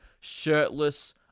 shirtless